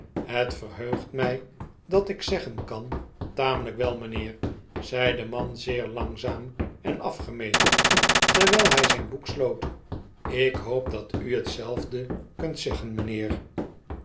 het verheugt mij dat ik zeggen kan tamelijk wel mijnheer zei de man zeer langzaam en afgemeten terwijl hij zijn boek sloot ik hoop dat n hetzelfde kunt zeggen mijnheer